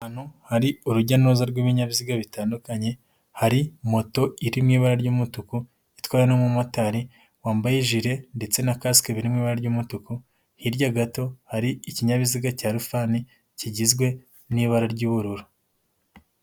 Ahantu hari urujya n'uruza rw'ibinyabiziga bitandukanye, hari moto iri mu ibara ry'umutuku, itwawe n'umumotari wambaye ijire, ndetse na Kasike biri mu ibara ry'umutuku, hirya gato hari ikinyabiziga cya Rifani kigizwe n'ibara ry'ubururu.